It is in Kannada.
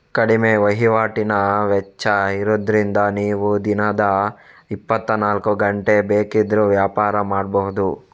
ಕಡಿಮೆ ವೈವಾಟಿನ ವೆಚ್ಚ ಇರುದ್ರಿಂದ ನೀವು ದಿನದ ಇಪ್ಪತ್ತನಾಲ್ಕು ಗಂಟೆ ಬೇಕಿದ್ರೂ ವ್ಯಾಪಾರ ಮಾಡ್ಬಹುದು